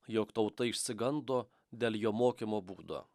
jog tauta išsigando dėl jo mokymo būdo